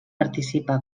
participa